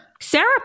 Sarah